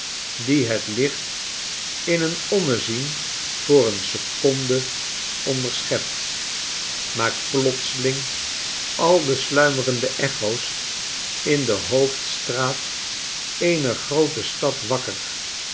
die het licht in een ommezien voor een seconde onderschept maakt plotseling al de sluimerende echo's in de hoofdstraat eener groote stad wakker